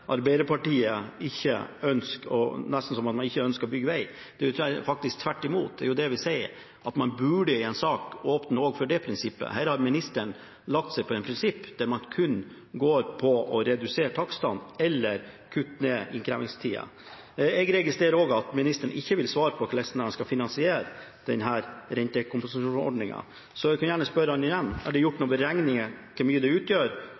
Arbeiderpartiet ikke ønsker å bygge veg. Det er faktisk tvert imot, det er jo det vi sier – at man i en sak burde åpne også for det prinsippet. Her har ministeren fulgt et prinsipp der man kun går for å redusere takstene eller kutte ned på innkrevingstida. Jeg registrerer også at ministeren ikke vil svare på hvordan han skal finansiere denne rentekompensasjonsordningen, så jeg kan gjerne spørre ham igjen: Er det gjort noen beregninger på hvor mye dette utgjør